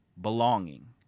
belonging